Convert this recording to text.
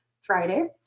Friday